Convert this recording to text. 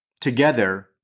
Together